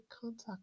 contact